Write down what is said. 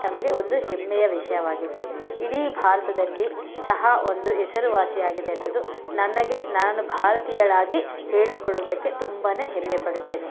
ನಮಗೆ ಒಂದು ಹೆಮ್ಮೆಯ ವಿಷಯವಾಗಿದೆ ಇಡೀ ಭಾರತದಲ್ಲಿ ಚಹಾ ಒಂದು ಹೆಸರುವಾಸಿ ಆಗಿದೆ ಅನ್ನೋದು ನನಗೆ ನಾನು ಭಾರತೀಯಳಾಗಿ ಹೇಳಿಕೊಳ್ಳುದಕ್ಕೆ ತುಂಬಾ ಹೆಮ್ಮೆಪಡುತ್ತೇನೆ